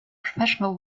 professional